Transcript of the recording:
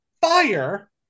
fire